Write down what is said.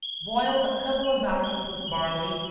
boil a couple of ounces of barley,